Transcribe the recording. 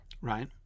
Right